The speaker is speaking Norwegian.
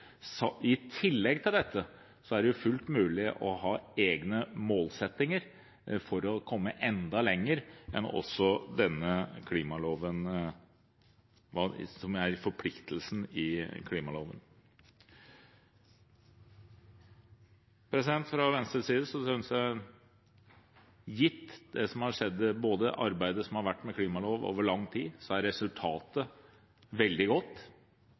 I tillegg til dette er det fullt mulig å ha egne målsettinger for å komme enda lenger enn det som er forpliktelsene i klimaloven. Fra Venstres side synes jeg at gitt det som har skjedd, ut fra det arbeidet som har vært gjort med klimalov over lang tid, er resultatet veldig godt.